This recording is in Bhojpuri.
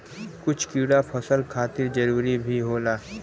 कुछ कीड़ा फसल खातिर जरूरी भी होला